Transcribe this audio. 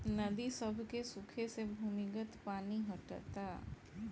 नदी सभ के सुखे से भूमिगत पानी घटता